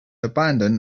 abandon